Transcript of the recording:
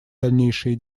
дальнейшие